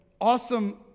awesome